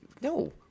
no